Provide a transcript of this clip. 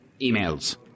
Emails